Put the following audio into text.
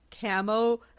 camo